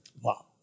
Wow